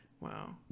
Wow